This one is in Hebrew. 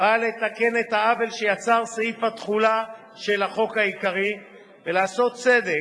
באה לתקן את העוול שיצר סעיף התחולה של החוק העיקרי ולעשות צדק,